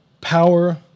power